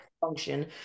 function